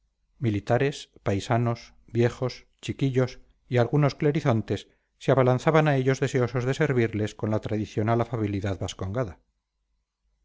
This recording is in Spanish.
militares paisanos viejos chiquillos y algunos clerizontes se abalanzaban a ellos deseosos de servirles con la tradicional afabilidad vascongada